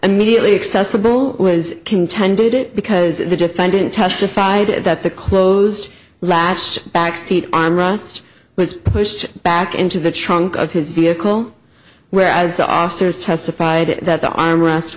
immediately accessible was contended it because the defendant testified that the closed latch backseat on rust was pushed back into the trunk of his vehicle whereas the officers testified that the armrest